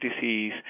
disease